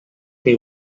they